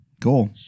Cool